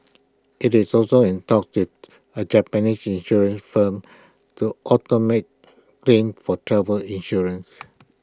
IT is also in talks with A Japanese insurance firm to automate claims for travel insurance